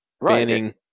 banning